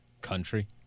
Country